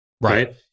right